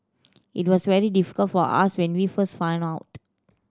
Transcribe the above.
it was very difficult for us when we first found out